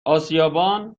آسیابان